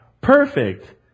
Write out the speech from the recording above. perfect